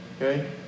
Okay